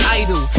idol